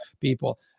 people